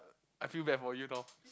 I feel bad for you now